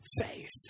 faith